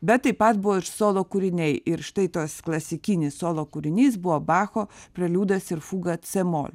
bet taip pat buvo ir solo kūriniai ir štai tas klasikinis solo kūrinys buvo bacho preliudas ir fuga cė mol